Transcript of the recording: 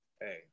Hey